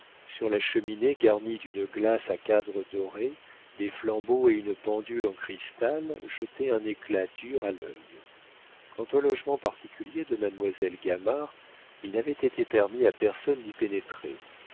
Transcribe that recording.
sur la cheminée garnie d'une glace à cadre doré des flambeaux et une pendule en cristal jetaient un éclat dur à l'œil quant au logement particulier de mademoiselle gamard il n'avait été permis à personne d'y pénétrer